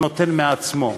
הוא נותן מעצמו.